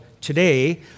today